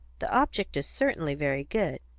the object is certainly very good.